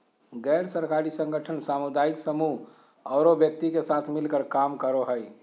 गैर सरकारी संगठन सामुदायिक समूह औरो व्यक्ति के साथ मिलकर काम करो हइ